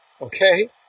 okay